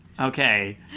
Okay